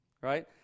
Right